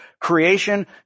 creation